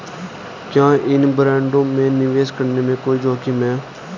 क्या इन बॉन्डों में निवेश करने में कोई जोखिम है?